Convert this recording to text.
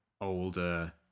older